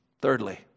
Thirdly